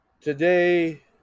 today